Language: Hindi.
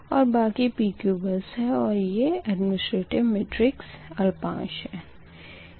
और बाकी PQ बस है और ये अडमिनीस्ट्रेटिव मेट्रिक्स अल्पांश है